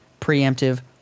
preemptive